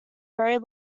very